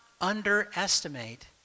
underestimate